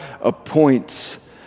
appoints